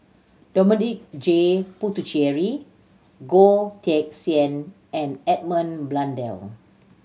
Dominic J Puthucheary Goh Teck Sian and Edmund Blundell